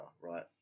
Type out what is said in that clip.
right